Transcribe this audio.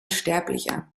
sterblicher